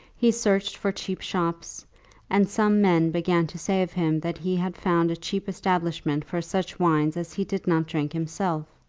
he searched for cheap shops and some men began to say of him that he had found a cheap establishment for such wines as he did not drink himself!